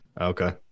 Okay